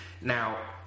Now